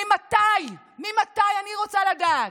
ממתי, ממתי, אני רוצה לדעת,